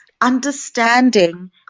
understanding